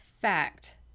Fact